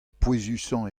pouezusañ